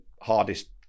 hardest